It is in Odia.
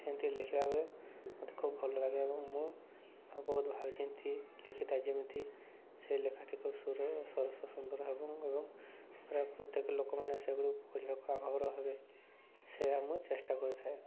ସେମିତି ଲେଖିଲାବେଳେ ମୋତେ ଖୁବ ଭଲ ଲାଗେ ଏବଂ ମୁଁ ବହୁତ ଭାବିଚିନ୍ତି ଲେଖିଥାଏ ଯେମିତି ସେ ଲେଖାଟି ଖୁବ ସରସ ସୁନ୍ଦର ହେବ ଏବଂ ପୁରାୟ ପ୍ରତ୍ୟେକ ଲୋକମାନେ ସେଗୁଡ଼ା ପଢ଼ିବାକୁ ଆଗଭର ହେବେ ସେ ମୁଁ ଚେଷ୍ଟା କରିଥାଏ